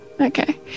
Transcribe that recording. Okay